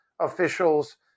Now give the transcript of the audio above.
officials